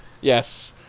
yes